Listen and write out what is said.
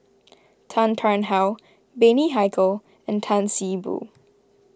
Tan Tarn How Bani Haykal and Tan See Boo